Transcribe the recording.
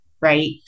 Right